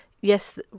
yes